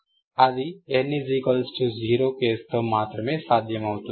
అది n 0 కేస్తో మాత్రమే సాధ్యమవుతుంది